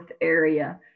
area